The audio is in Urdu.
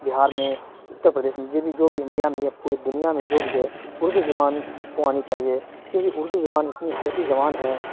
بہار میں اتر پردیش میں جو بھی جو بھی انڈیا میں یا پوری دنیا میں جو بھی ہے اردو زبان سب کو آنی چاہیے کیونکہ اردو زبان اتنی ہلکی زبان ہے